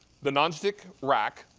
the nonstick rack.